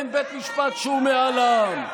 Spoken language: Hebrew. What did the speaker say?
אין בית משפט שהוא מעל העם,